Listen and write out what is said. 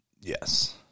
Yes